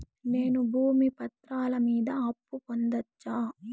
నేను భూమి పత్రాల మీద అప్పు పొందొచ్చా?